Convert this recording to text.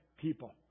People